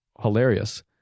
hilarious